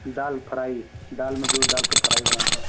दाल fry दाल में जो डाल के फ्राई बनाते हैं